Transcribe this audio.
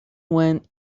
went